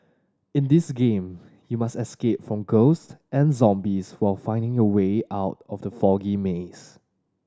in this game you must escape from ghost and zombies while finding your way out from the foggy maze